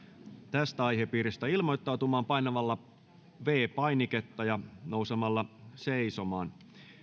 tästä aihepiiristä ilmoittautumaan painamalla viides painiketta ja nousemalla seisomaan